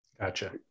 Gotcha